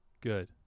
Good